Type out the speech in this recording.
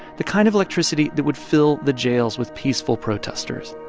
the kind of electricity that would fill the jails with peaceful protesters,